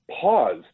pause